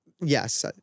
yes